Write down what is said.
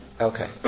okay